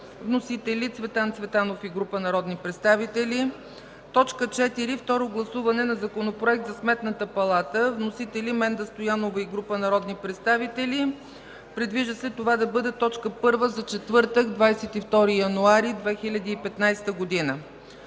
Вносители – Цветан Цветанов и група народни представители. 4. Второ гласуване на Законопроекта за Сметната палата. Вносители – Менда Стоянова и група народни представители. Предвижда се това да бъде точка първа за четвъртък, 22 януари 2015 г.